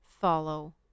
follow